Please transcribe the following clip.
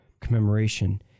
commemoration